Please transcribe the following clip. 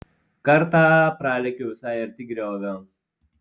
kartą pralėkiau visai arti griovio